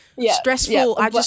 Stressful